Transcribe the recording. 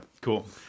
cool